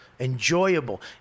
enjoyable